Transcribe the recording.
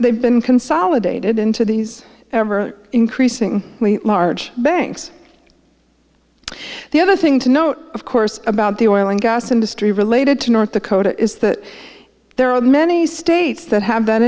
they've been consolidated into these ever increasing large banks the other thing to note of course about the oil and gas industry related to north dakota is that there are many states that have that